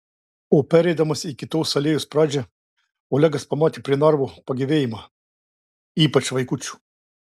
o pereidamas į kitos alėjos pradžią olegas pamatė prie narvo pagyvėjimą ypač vaikučių